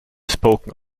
spoken